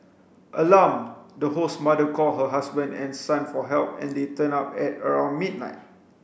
alarmed the host's mother called her husband and son for help and they turned up at around midnight